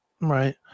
Right